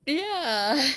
ya